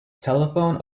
telephone